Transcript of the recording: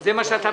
זה מה שביקשת?